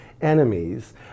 enemies